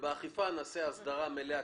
ושם נעשה הסדרה מלאה,